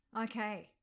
Okay